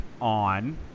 on